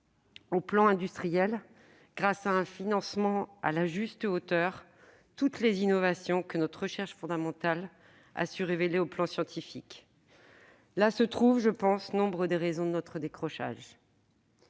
le plan industriel, grâce à un financement à la juste hauteur, toutes les innovations que notre recherche fondamentale a su révéler sur le plan scientifique. Là se trouvent, me semble-t-il, nombre des raisons de notre décrochage.